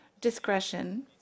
discretion